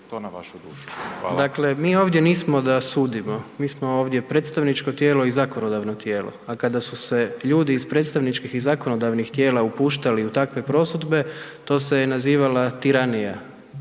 Gordan (HDZ)** Dakle mi ovdje nismo da sudimo, mi smo ovdje predstavničko tijelo i zakonodavno tijelo, a kada su se ljudi iz predstavničkih i zakonodavnih tijela upuštali u takve prosudbe to se je nazivala tiranija,